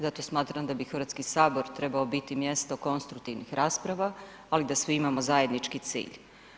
Zato smatram da bi Hrvatski sabor trebao biti mjesto konstruktivnih rasprava, ali da svi imamo zajednički cilj.